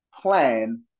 plan